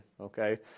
okay